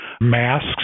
masks